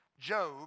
Job